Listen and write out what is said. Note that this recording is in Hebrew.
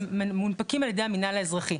שמונפקים על ידי המנהל האזרחי.